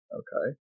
okay